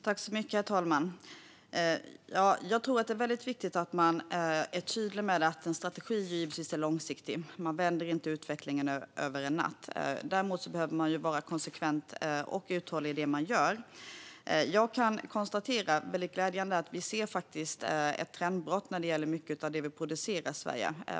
Herr talman! Jag tror att det är väldigt viktigt att man är tydlig med att en strategi givetvis är långsiktig. Man vänder inte utvecklingen över en natt. Däremot behöver man vara konsekvent och uthållig i det man gör. Jag kan konstatera att vi glädjande nog ser ett trendbrott när det gäller mycket av det vi producerar i Sverige.